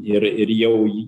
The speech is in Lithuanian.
ir ir jau